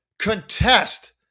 contest